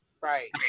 right